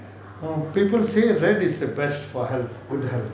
people say red is the best for health good health